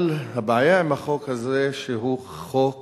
אבל הבעיה עם החוק הזה, שהוא חוק